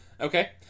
okay